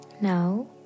Now